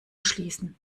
schließen